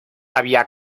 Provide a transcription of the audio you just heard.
había